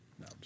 No